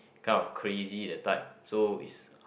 kind of crazy that type so is